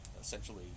Essentially